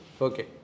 okay